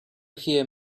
hear